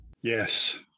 Yes